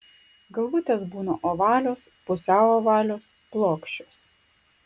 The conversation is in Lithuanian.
galvutės būna ovalios pusiau ovalios plokščios